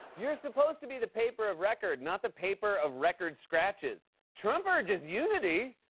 you're supposed to be the paper of record, not the paper of record scratches. trump urges unity!